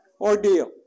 ordeal